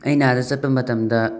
ꯑꯩꯅ ꯑꯥꯗ ꯆꯠꯄ ꯃꯇꯝꯗ